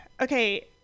okay